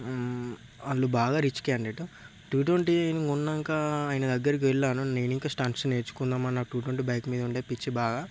వాళ్లు బాగా rich candidate two twenty కొన్నాక ఆయన దగ్గరికి వెళ్ళాను నేను ఇంకా స్టంట్స్ నేర్చుకుందాం అన్న టూ ట్వంటీ బైక్ మీద ఉండే పిచ్చి బాగా